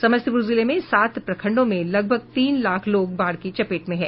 समस्तीपुर जिले में सात प्रखंडों में लगभग तीन लाख लोग बाढ़ की चपेट में हैं